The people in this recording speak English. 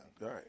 right